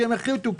שהם יחליטו,